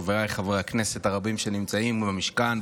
חבריי חברי הכנסת הרבים שנמצאים מול המשכן,